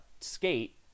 skate